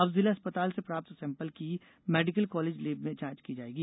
अब जिला अस्पताल से प्राप्त सेंपल की मेडिकल कॉलेज लेब में जांच की जायेगी